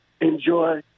enjoy